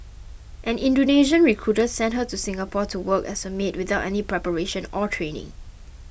an Indonesian recruiter sent her to Singapore to work as a maid without any preparation or training